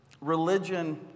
Religion